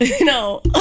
No